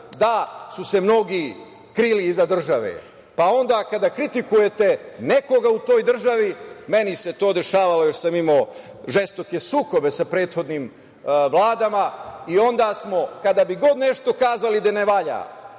da su se mnogi krili iza države, pa onda kada kritikujete nekoga u toj državi, meni se to dešavalo, jer sam imao žestoke sukobe sa prethodnim vladama, i kada bi god nešto kazali da ne valja